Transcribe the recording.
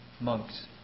monks